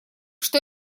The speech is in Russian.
что